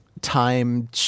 time